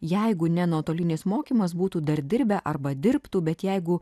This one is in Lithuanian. jeigu ne nuotolinis mokymas būtų dar dirbę arba dirbtų bet jeigu